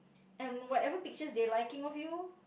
and whatever pictures they liking of you